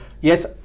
yes